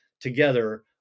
together